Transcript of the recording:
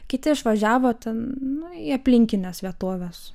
kiti išvažiavo ten nu į aplinkines vietoves